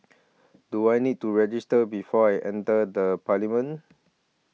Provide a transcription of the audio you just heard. do I need to register before I enter the parliament